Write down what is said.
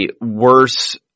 worse